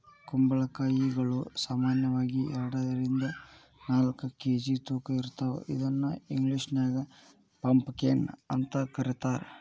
ಕುಂಬಳಕಾಯಿಗಳು ಸಾಮಾನ್ಯವಾಗಿ ಎರಡರಿಂದ ನಾಲ್ಕ್ ಕೆ.ಜಿ ತೂಕ ಇರ್ತಾವ ಇದನ್ನ ಇಂಗ್ಲೇಷನ್ಯಾಗ ಪಂಪಕೇನ್ ಅಂತ ಕರೇತಾರ